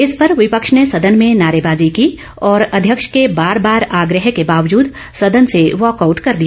इस पर विपक्ष ने सदन में नारेबाजी की और अध्यक्ष के बार बार आग्रह के बावज़द सदन से वॉकआउट कर दिया